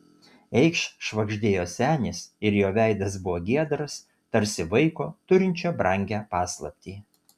eikš švagždėjo senis ir jo veidas buvo giedras tarsi vaiko turinčio brangią paslaptį